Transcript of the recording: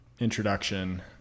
introduction